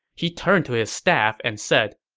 he turned to his staff and said,